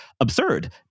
absurd